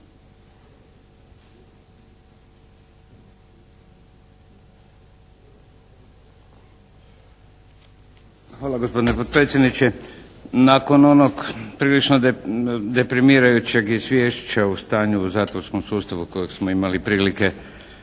Hvala gospodine potpredsjedniče. Nakon onog prilično deprimirajućeg izvješća o stanju u zatvorskom sustavu kojeg smo imali prilike